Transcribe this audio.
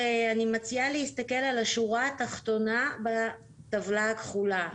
אני מציעה להסתכל בשקף הזה על השורה התחתונה בטבלה הכחולה.